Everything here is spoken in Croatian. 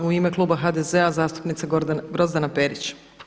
U ime kluba HDZ-a zastupnica Grozdana Perić.